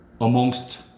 amongst